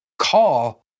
call